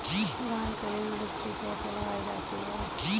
धान के लिए नर्सरी कैसे लगाई जाती है?